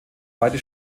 beide